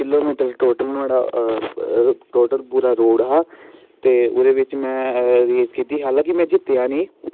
kilo metre total नुआढ़ा total पूरा road हा ते ओह्दे बिच्च में रेस कीती हालांकि में जित्तेआ नी